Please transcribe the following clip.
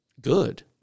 good